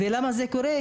למה זה קורה?